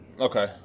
Okay